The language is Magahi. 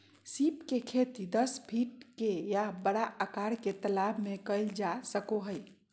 सीप के खेती दस फीट के या बड़ा आकार के तालाब में कइल जा सको हइ